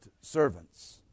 servants